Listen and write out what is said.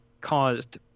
caused